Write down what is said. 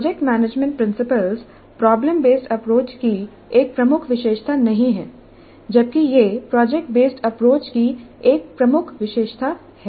project management principles problem based approach की एक प्रमुख विशेषता नहीं है जबकि यह प्रोजेक्ट बेसड अप्रोच की एक प्रमुख विशेषता है